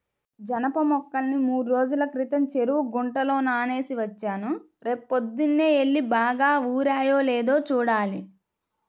జనప మొక్కల్ని మూడ్రోజుల క్రితం చెరువు గుంటలో నానేసి వచ్చాను, రేపొద్దన్నే యెల్లి బాగా ఊరాయో లేదో చూడాలి